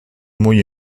muy